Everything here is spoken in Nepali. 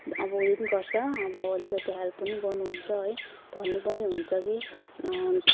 अब उयो पनि गर्छ अब अलिकति हेल्प पनि गर्नुहुन्छ है भन्नु पनि हुन्छ कि